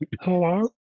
Hello